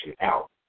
out